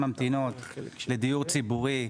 למדינת ישראל יש שוק פרטי.